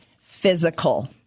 physical